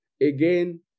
again